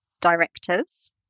directors